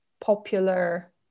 popular